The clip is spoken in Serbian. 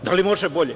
Da li može bolje?